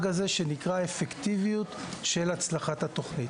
הזה שנקרא "אפקטיביות של הצלחת התוכנית",